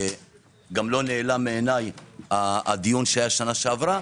גם לא נעלם מעיניי הדיון שהיה שנה שעברה,